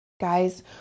guys